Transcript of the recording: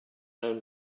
own